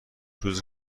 روز